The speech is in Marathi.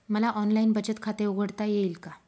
मला ऑनलाइन बचत खाते उघडता येईल का?